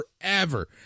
forever